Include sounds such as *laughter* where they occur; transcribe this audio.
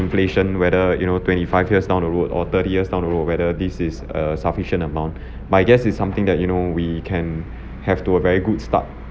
inflation whether you know twenty-five years down the road or thirty years down the road whether this is a sufficient amount *breath* my guess is something that you know we can have to a very good start